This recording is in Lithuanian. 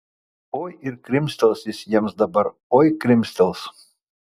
oi ir krimstels jis jiems dabar oi krimstels